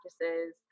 practices